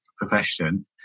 profession